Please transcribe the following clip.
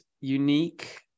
unique